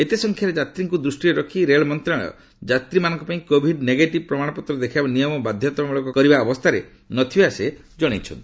ଏତେ ସଂଖ୍ୟାରେ ଯାତ୍ରୀଙ୍କୁ ଦୃଷ୍ଟିରେ ରଖି ରେଳ ମନ୍ତ୍ରଣାଳୟ ଯାତ୍ରୀମାନଙ୍କ ପାଇଁ କୋଭିଡ୍ ନେଗେଟିଭ୍ ପ୍ରମାଣପତ୍ର ଦେଖାଇବା ନିୟମ ବାଧ୍ୟତାମୂଳକ କରିବା ଅବସ୍ଥାରେ ନ ଥିବା ସେ କହିଛନ୍ତି